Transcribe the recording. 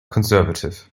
conservative